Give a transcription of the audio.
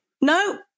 no